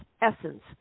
essence